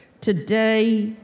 today,